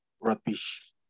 rubbish